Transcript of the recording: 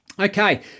Okay